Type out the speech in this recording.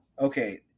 okay